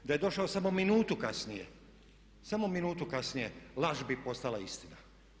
Da je došao samo minutu kasnije, samo minutu kasnije laž bi postala istina.